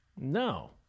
No